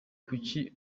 kuri